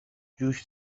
جوش